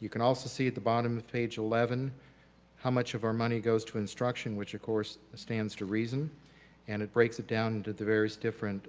you can also see at the bottom of page eleven how much of our money goes to instruction which of course stands to reason and it breaks it down into the various different